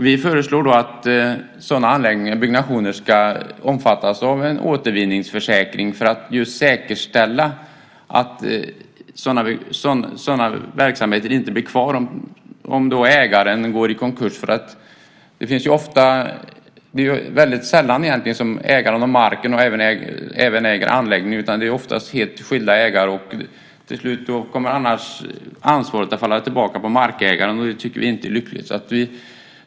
Vi föreslår att sådana anläggningar ska omfattas av en återvinningsförsäkring för att säkerställa att sådana verksamheter inte blir kvar om ägaren går i konkurs. Det är sällan som ägaren av marken även äger anläggningen. Det är oftast skilda ägare. Ansvaret kan komma att falla tillbaka på markägaren. Det tycker vi inte är lyckligt.